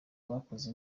bakoze